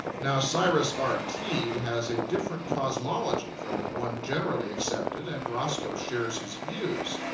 now cyrus r. teed has a different cosmology from the one generally accepted, and roscoe shares his views.